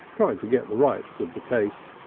trying to get the rights of the case.